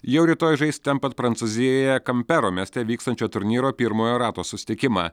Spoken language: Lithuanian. jau rytoj žais ten pat prancūzijoje kempero mieste vykstančio turnyro pirmojo rato susitikimą